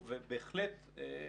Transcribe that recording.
אנחנו עושים שיחות פורום הסברה לאומי,